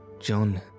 John